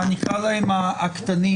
נקרא להם הקטנים,